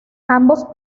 ambos